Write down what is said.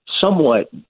somewhat